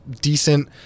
decent